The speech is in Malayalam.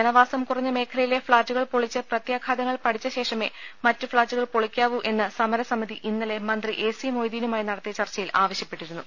ജനവാസം കുറഞ്ഞ് മേഖലയിലെ ഫ്ളാറ്റുകൾ പൊളിച്ച് പ്രത്യാഘാതങ്ങൾ പഠിച്ച ശേഷമെ മറ്റ് ഫ്ളാറ്റുകൾ പൊളിക്കാവൂ എന്ന് സമരസമിതി ഇന്നലെ മന്ത്രി എ സി മൊയ്തീനുമായി നടത്തിയ ചർച്ചയിൽ ആവശ്യപ്പെട്ടിരുന്നു